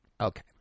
Okay